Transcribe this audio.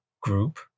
group